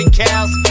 cows